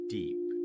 deep